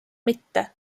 mitte